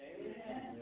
Amen